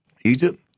Egypt